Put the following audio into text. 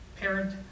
parent